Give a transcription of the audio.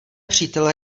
přítel